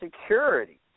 Security